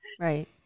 Right